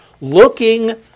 Looking